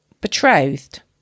betrothed